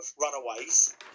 Runaways